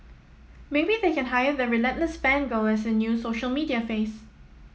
maybe they can hire the relentless fan girl as their new social media face